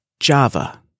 Java